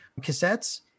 cassettes